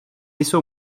jsou